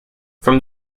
from